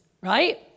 right